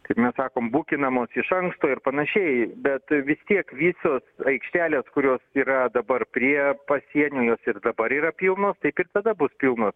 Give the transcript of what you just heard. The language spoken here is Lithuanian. kaip mes sakom bukinamos iš anksto ir panašiai bet vis tiek visos aikštelės kurios yra dabar prie pasienio jos ir dabar yra pilnai taip ir tada bus pilnos